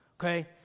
okay